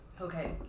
Okay